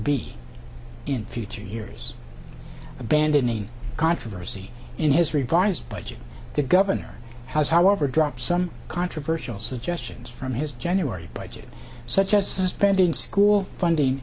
be in future years abandoning controversy in his revised budget to governor has however dropped some controversial suggestions from his january budget such as spending school funding